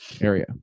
area